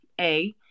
A-